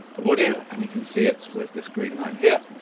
the audio, and you can see it with this green line here.